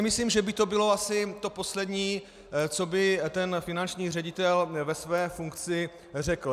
Myslím si, že by to bylo asi to poslední, co by ten finanční ředitel ve své funkci řekl.